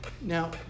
now